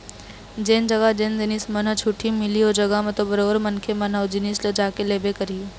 जेन जघा जेन जिनिस मन ह छूट मिलही ओ जघा म तो बरोबर मनखे मन ह ओ जिनिस ल जाके लेबे करही